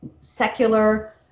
secular